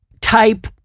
type